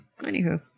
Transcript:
Anywho